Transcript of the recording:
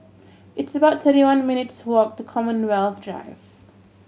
it's about thirty one minutes' walk to Commonwealth Drive